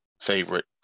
favorite